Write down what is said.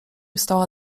stała